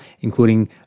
including